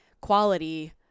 quality